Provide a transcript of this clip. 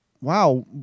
wow